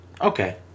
Okay